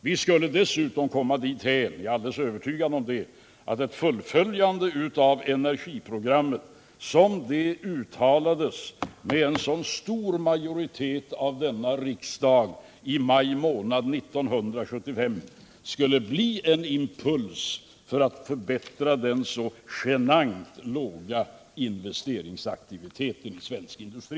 Vi skulle därigenom dessutom komma dithän — jag är alldeles övertygad om det — att ett fullföljande av det energiprogram som antogs av en så stor majoritet i denna riksdag 1975 skulle bli en impuls till att förbättra den så genant låga investeringsaktiviteten i svensk industri.